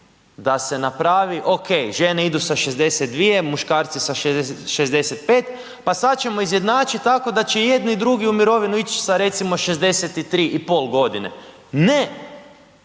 da se napravi, ok, žene idu sa 62, muškarci sa 65, pa sad ćemo izjednačit tako da će i jedni i drugi u mirovinu ići sa recimo 63,5 godine. Ne,